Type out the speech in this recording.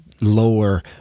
lower